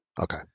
okay